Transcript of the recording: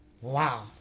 Wow